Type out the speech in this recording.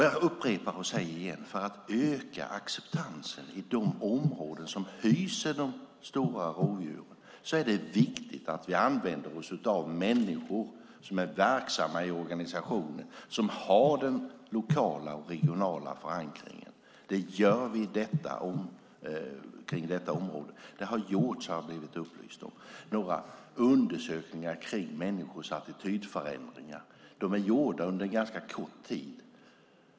Jag säger det igen: För att öka acceptansen i de områden som hyser de stora rovdjuren är det viktigt att vi använder oss av människor som är verksamma i organisationen och har den lokala och regionala förankringen. Det gör vi på detta område. Jag har blivit upplyst om att det har gjorts undersökningar om människors attitydförändringar. De är gjorda under en ganska kort tid.